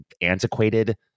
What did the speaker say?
antiquated